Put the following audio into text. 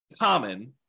common